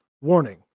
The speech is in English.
Warning